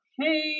hey